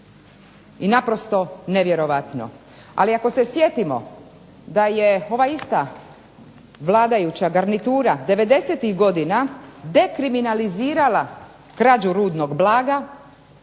i naprosto nevjerojatno. Ali, ako se sjetimo da je ova ista vladajuća garnitura 90-ih godina dekriminalizirala krađu rudnog blaga